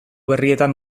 berrietan